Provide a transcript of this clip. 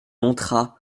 montra